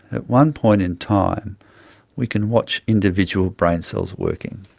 at one point in time we can watch individual brain cells working,